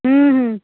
ହୁଁ ହୁଁ